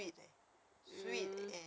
mm mm